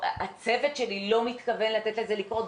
הצוות שלי לא מתכוון לתת לזה לקרות,